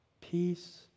peace